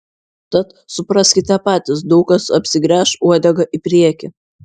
tad supraskite patys daug kas apsigręš uodega į priekį